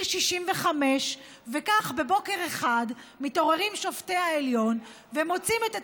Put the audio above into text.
65. וכך בבוקר אחד מתעוררים שופטי העליון ומוצאים את עצמם,